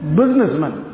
businessman